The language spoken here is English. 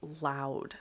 loud